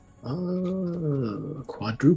quadruple